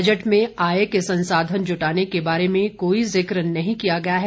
budget में आय के संसाधन जुटाने के बारे में कोई जिक्र नहीं किया गया है